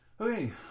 okay